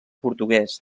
portuguès